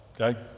okay